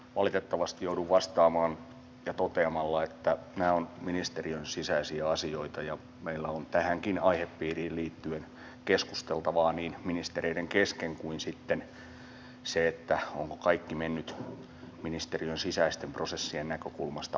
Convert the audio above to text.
valitettavasti joudun vastaamaan toteamalla että nämä ovat ministeriön sisäisiä asioita ja meillä on tähänkin aihepiiriin liittyen keskusteltavaa niin ministereiden kesken kuin sitten sen kannalta onko kaikki mennyt ministeriön sisäisten prosessien näkökulmasta oikein